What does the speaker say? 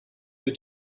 wird